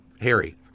Harry